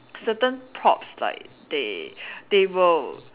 certain props like they they will